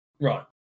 Right